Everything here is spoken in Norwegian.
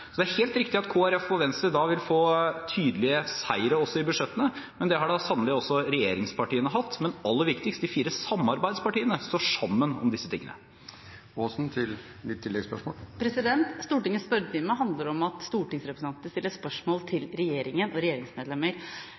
Det er helt riktig at Kristelig Folkeparti og Venstre da vil få tydelige seire også i budsjettene, men det har da sannelig også regjeringspartiene hatt. Men aller viktigst: De fire samarbeidspartiene står sammen om disse tingene. Stortingets spørretime handler om at stortingsrepresentantene stiller spørsmål til regjeringen og regjeringsmedlemmer.